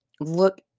look